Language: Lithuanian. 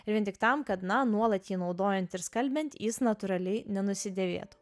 ir vien tik tam kad na nuolat jį naudojant ir skalbiant jis natūraliai nenusidėvėtų